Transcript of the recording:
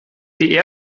die